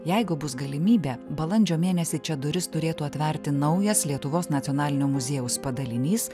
jeigu bus galimybė balandžio mėnesį čia duris turėtų atverti naujas lietuvos nacionalinio muziejaus padalinys